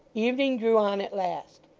evening drew on at last.